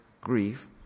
grief